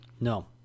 No